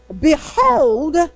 Behold